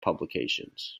publications